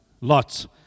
lots